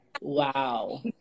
wow